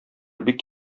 бик